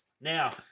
Now